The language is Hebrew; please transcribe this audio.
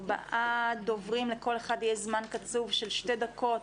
ארבעה דוברים, לכל אחד יהיה זמן קצוב של שתי דקות